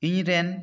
ᱤᱧ ᱨᱮᱱ